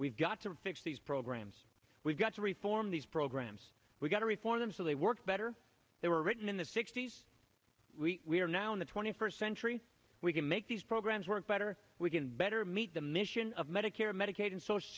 we've got to fix these programs we've got to reform these programs we've got to reform them so they work better they were written in the sixty's we are now in the twenty first century we can make these programs work better we can better meet the mission of medicare medicaid and social